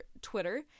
Twitter